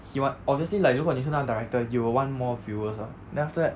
he want obviously like 如果你是那个 director you will want more viewers [what] then after that